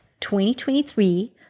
2023